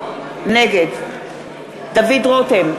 נגד דוד רותם,